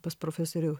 pas profesorių